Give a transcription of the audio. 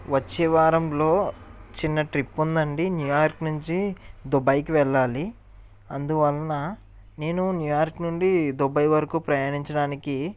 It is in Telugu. వచ్చే వారంలో చిన్న ట్రిప్ ఉందండి న్యూ యార్క్ నుంచి దుబాయ్కి వెళ్ళాలి అందువలన నేను న్యూ యార్క్ నుండి దుబాయ్ వరకు ప్రయాణించడానికి